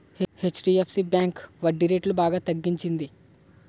HDFC bank వడ్డీరేట్లు బాగా తగ్గించింది